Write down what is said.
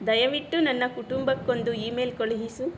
ದಯವಿಟ್ಟು ನನ್ನ ಕುಟುಂಬಕ್ಕೊಂದು ಇಮೇಲ್ ಕಳುಹಿಸು